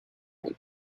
rink